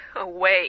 away